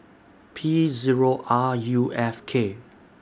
P Zero R U F K